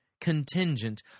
contingent